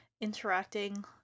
interacting